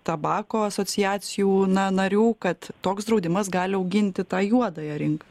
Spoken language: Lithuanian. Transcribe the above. tabako asociacijų na narių kad toks draudimas gali auginti tą juodąją rinką